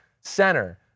center